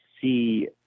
see